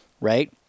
Right